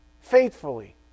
faithfully